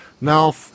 now